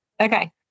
okay